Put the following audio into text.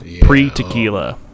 Pre-tequila